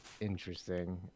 interesting